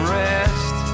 rest